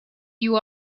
you